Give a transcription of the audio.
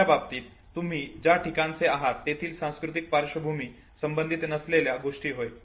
दुसऱ्या बाबतीत तुम्ही ज्या ठिकाणचे आहात तेथील सांस्कृतिक पार्श्वभूमीशी संबधित नसलेल्या गोष्टी होय